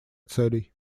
целей